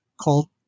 called